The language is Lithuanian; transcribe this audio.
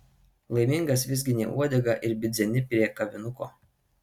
laimingas vizgini uodegą ir bidzeni prie kavinuko